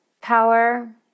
power